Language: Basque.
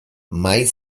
mahai